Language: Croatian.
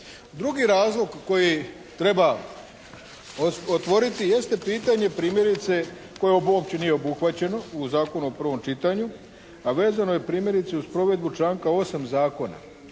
Drugi razlog koji treba otvoriti jeste pitanje primjerice koje ovdje uopće nije obuhvaćeno u Zakonu u prvom čitanju, a vezano je primjerice uz provedbu članka 8. Zakona.